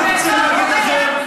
אני רוצה להגיד לכם,